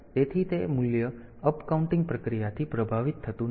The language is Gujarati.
તેથી તે મૂલ્ય આ અપકાઉન્ટિંગ પ્રક્રિયાથી પ્રભાવિત થતું નથી